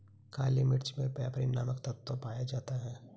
काली मिर्च मे पैपरीन नामक तत्व पाया जाता है